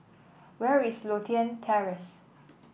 where is Lothian Terrace